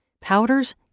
powders